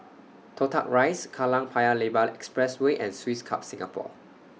Toh Tuck Rise Kallang Paya Lebar Expressway and Swiss Club Singapore